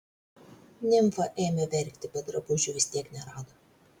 nimfa ėmė verkti bet drabužių vis tiek nerado